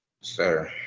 Sir